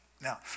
now